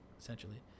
essentially